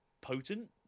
potent